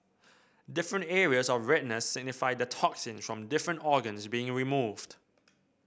different areas of redness signify the toxins from different organs being removed